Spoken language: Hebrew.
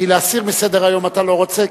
כי להסיר מסדר-היום אתה לא רוצה,